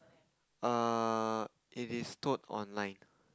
err it is told online